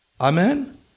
Amen